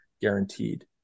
guaranteed